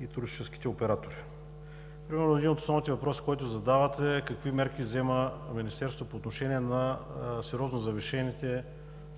и туристическите оператори – примерно, един от основните въпроси, които задавате: какви мерки взема Министерството по отношение на сериозно завишените